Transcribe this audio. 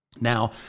Now